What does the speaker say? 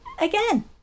Again